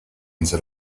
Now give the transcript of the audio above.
into